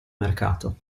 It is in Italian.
mercato